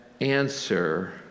answer